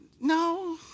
No